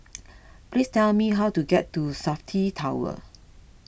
please tell me how to get to Safti Tower